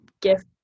gift